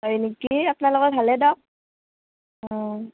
হয় নিকি আপোনালোকৰ ভালে দিয়ক